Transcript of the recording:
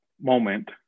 moment